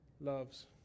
loves